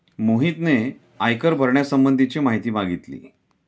मोहितने आयकर भरण्यासंबंधीची माहिती मागितली